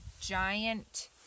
giant